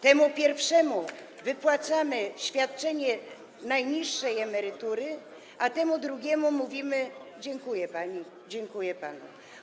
Temu pierwszemu wypłacamy świadczenie w wysokości najniższej emerytury, a temu drugiemu mówimy: dziękuję pani, dziękuję panu.